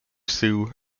sioux